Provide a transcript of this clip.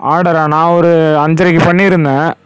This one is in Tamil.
ஆர்டரா நான் ஒரு அஞ்சரைக்கு பண்ணியிருந்தேன்